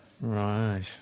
right